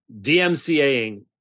DMCAing